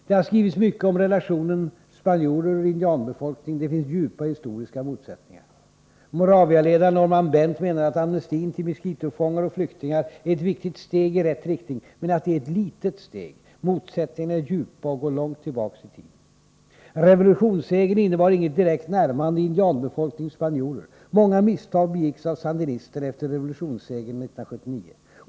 Det har skrivits mycket om relationen ”spanjorer'-indianbefolkning. Det finns djupa historiska motsättningar. Moravialedaren Norman Bent menar att amnestin till miskitofångar och flyktingar är ett viktigt steg i rätt riktning men att det är ett litet steg. Motsättningarna är djupa och går långt tillbaka i tiden. Revolutionssegern innebar inget direkt närmande indianbefolkningspanjorer. Många misstag begicks av sandinisterna efter revolutionssegern 1979.